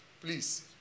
please